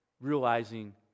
realizing